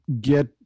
get